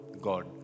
God